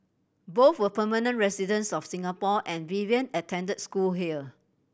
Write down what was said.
both were permanent residents of Singapore and Vivian attend school here